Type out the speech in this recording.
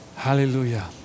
Hallelujah